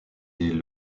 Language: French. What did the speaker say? des